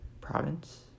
Province